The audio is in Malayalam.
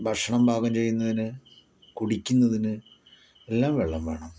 ഭക്ഷണം പാകം ചെയ്യുന്നതിന് കുടിക്കുന്നതിന് എല്ലാം വെള്ളം വേണം